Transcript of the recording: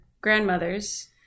grandmother's